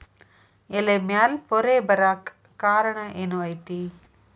ಎಲೆ ಮ್ಯಾಲ್ ಪೊರೆ ಬರಾಕ್ ಕಾರಣ ಏನು ಐತಿ?